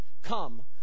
Come